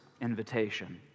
invitation